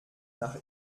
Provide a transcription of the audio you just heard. nach